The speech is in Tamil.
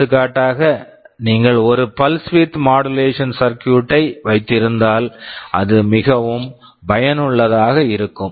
எடுத்துக்காட்டாக நீங்கள் ஒரு pulse width modulation circuit pulse width modulation circuit ஐ வைத்திருந்தால் அது மிகவும் பயனுள்ளதாக இருக்கும்